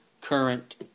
current